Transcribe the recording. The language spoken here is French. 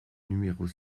numéros